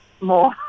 more